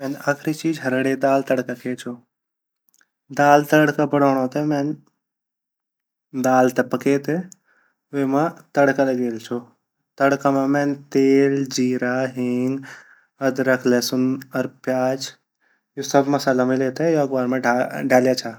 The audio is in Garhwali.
मैन आखरी चीज़ हररे दाल तड़का खे छो दाल तड़का बडोड़ो ते मैन दाल ते पके ते वेमा तड़का लागेली छो तड़का मा मैन तेल जीरा हींग अदरक लहसुन अर प्याज यु सब मसाला मिले ते योक बार मा ढालया छा।